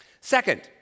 Second